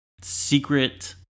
secret